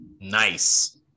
nice